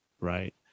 Right